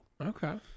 Okay